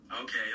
okay